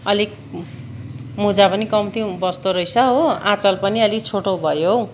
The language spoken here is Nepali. अलिक मुजा पनि कम्ती बस्दो रहेछ हो आँचल पनि अलिक छोटो भयो हौ